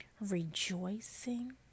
rejoicing